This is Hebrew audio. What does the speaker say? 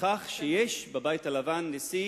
מכך שיש בבית הלבן נשיא